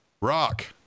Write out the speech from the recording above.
Rock